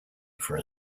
for